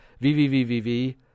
VVVVV